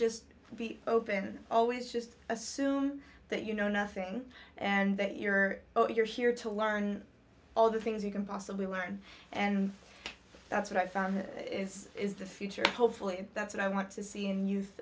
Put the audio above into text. just be open always just assume that you know nothing and that you're ok you're here to learn all the things you can possibly learn and that's what i found is is future hopefully that's what i want to see in youth